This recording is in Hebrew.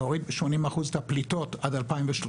להוריד את הפליטות ב-80 אחוז עד 2030,